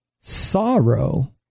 sorrow